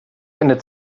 einer